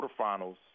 quarterfinals